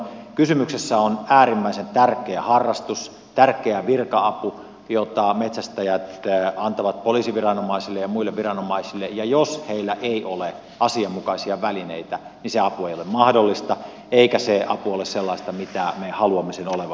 kysymyksessä on äärimmäisen tärkeä harrastus tärkeä virka apu jota metsästäjät antavat poliisiviranomaisille ja muille viranomaisille ja jos heillä ei ole asianmukaisia välineitä niin se apu ei ole mahdollista eikä se apu ole sellaista mitä me haluamme sen olevan